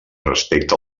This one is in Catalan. respecte